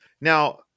Now